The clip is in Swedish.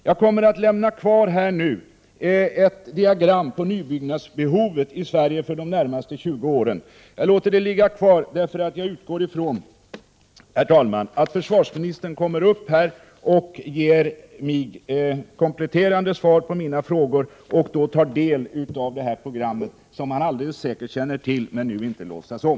Jag kommer att här i talarstolen lämna kvar ett diagram över nybyggnadsbehovet i Sverige för de närmaste 20 åren. Jag låter det ligga kvar, eftersom jag utgår från, herr talman, att försvarsministern ger kompletterande svar på mina frågor och att han då tar del av det här programmet som han alldeles säkert känner till men som han nu inte vill låtsas om.